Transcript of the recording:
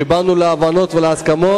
שהגענו להבנות ולהסכמות.